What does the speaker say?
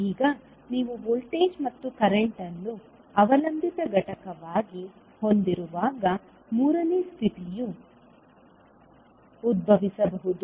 ಈಗ ನೀವು ವೋಲ್ಟೇಜ್ ಮತ್ತು ಕರೆಂಟ್ ಅನ್ನು ಅವಲಂಬಿತ ಘಟಕವಾಗಿ ಹೊಂದಿರುವಾಗ ಮೂರನೇ ಸ್ಥಿತಿಯು ಉದ್ಭವಿಸಬಹುದು